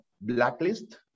blacklist